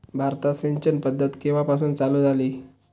भारतात सिंचन पद्धत केवापासून चालू झाली?